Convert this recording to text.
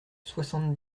soixante